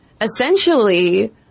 essentially